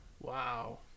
Wow